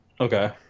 okay